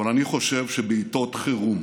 אבל אני חושב שבעיתות חירום